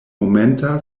momenta